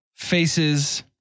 Faces